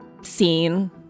seen